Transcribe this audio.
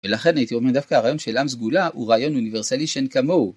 ולכן הייתי אומר דווקא הרעיון של עם סגולה הוא רעיון אוניברסלי שאין כמוהו.